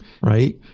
right